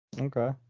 Okay